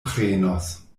prenos